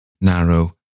Narrow